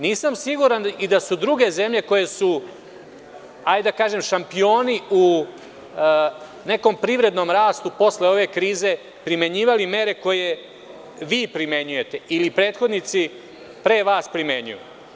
Nisam siguran da su i druge zemlje koje su, da kažem, šampioni u nekom privrednom rastu posle ove krize primenjivale mere koje vi primenjujete ili prethodnici pre vas primenjuju.